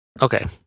okay